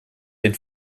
den